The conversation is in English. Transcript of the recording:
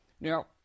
Now